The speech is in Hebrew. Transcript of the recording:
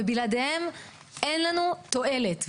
ובלעדיהם אין לנו תועלת.